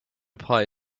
pie